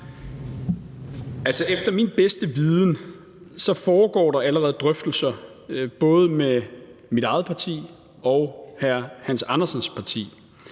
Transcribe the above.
efter min bedste viden foregår der allerede drøftelser, både med mit eget parti og hr. Hans Andersens parti.